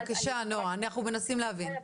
בבקשה, נועה, אנחנו מנסים להבין.